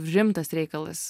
rimtas reikalas